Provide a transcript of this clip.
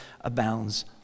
abounds